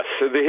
Yes